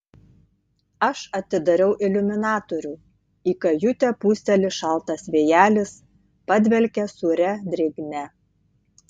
aš atidariau iliuminatorių į kajutę pūsteli šaltas vėjelis padvelkia sūria drėgme